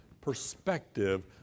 perspective